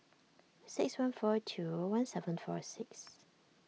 six one four two one seven four six